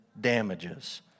damages